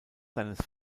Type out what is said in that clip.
seines